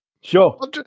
Sure